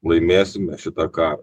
laimėsime šitą karą